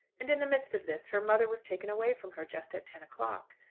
and in the midst of this her mother was taken away from her, just at ten o'clock.